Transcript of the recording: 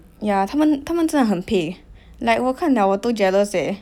yeah 他们他们真的很配 like 我看 liao 我都 jealous eh